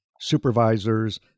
supervisors